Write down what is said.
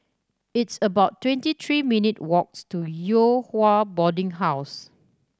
it's about twenty three minutes' walk to Yew Hua Boarding House